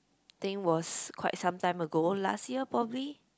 think was quite some time ago last year probably